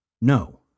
No